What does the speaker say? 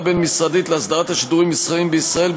בין-משרדית להסדרת השידורים המסחריים בישראל,